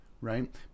right